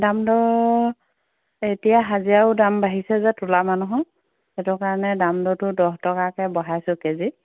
দাম দৰ এতিয়া হাজিৰাও দাম বাঢ়িছে যে তোলা মানুহো সেইটো কাৰণে দাম দৰটো দহ টকাকৈ বঢ়াইছোঁ কে জিত